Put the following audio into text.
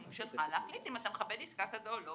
שלך להחליט אם אתה מכבד עסקה כזו או לא.